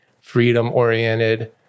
freedom-oriented